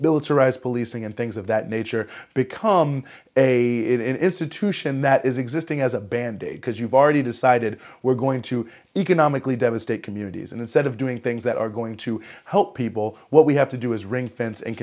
militarized policing and things of that nature become a institution that is existing as a band aid because you've already decided we're going to economically devastate communities and instead of doing things that are going to help people what we have to do is ring fence and